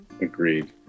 agreed